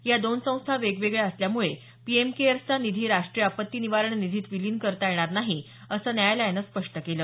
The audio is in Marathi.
या दोन संस्था वेगवेगळ्या असल्यामुळे पीएम केअर्सचा निधी राष्ट्रीय आपत्ती निवारण निधीत विलीन करता येणार नाही असं न्यायालयानं स्पष्ट केलं